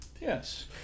yes